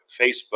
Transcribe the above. Facebook